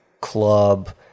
club